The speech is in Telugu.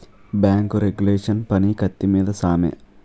బేంకు రెగ్యులేషన్ పని కత్తి మీద సామే